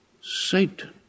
Satan